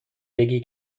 بگی